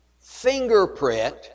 fingerprint